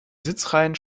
sitzreihen